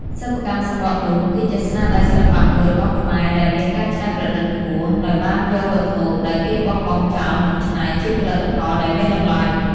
សិប្បកម្មសំបកដូង គឺជាស្នាដៃសិល្បៈមួយរបស់ខ្មែរដែលមានការច្នៃប្រឌិតខ្ពស់ ដោយបានយកវត្ថុដែលគេបោះបង់ចោលមកច្នៃជាផលិតផលដែលមានតម្លៃ។